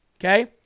okay